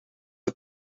het